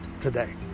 today